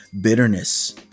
bitterness